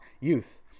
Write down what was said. youth